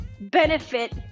benefit